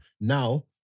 now